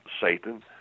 Satan